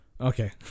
okay